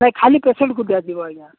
ନାଇଁ ଖାଲି ପେସେଣ୍ଟକୁ ଦିଆଯିବ ଆଜ୍ଞା